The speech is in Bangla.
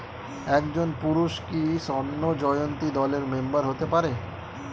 একজন পুরুষ কি স্বর্ণ জয়ন্তী দলের মেম্বার হতে পারে?